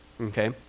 Okay